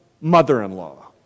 mother-in-law